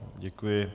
Děkuji.